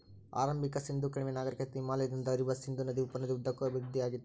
ಆರಂಭಿಕ ಸಿಂಧೂ ಕಣಿವೆ ನಾಗರಿಕತೆ ಹಿಮಾಲಯದಿಂದ ಹರಿಯುವ ಸಿಂಧೂ ನದಿ ಉಪನದಿ ಉದ್ದಕ್ಕೂ ಅಭಿವೃದ್ಧಿಆಗಿತ್ತು